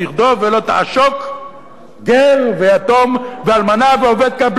ולא תעשוק גר ויתום ואלמנה ועובד קבלן,